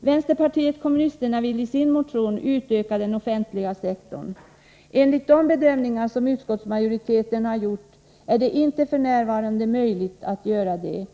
Vpk vill enligt sin motion utöka den offentliga sektorn. Enligt de bedömningar som utskottsmajoriteten har gjort är det inte f.n. möjligt att göra detta.